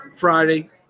Friday